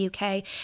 UK